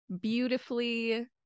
beautifully